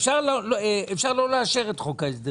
אפשר לא לאשר אותו.